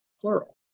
plural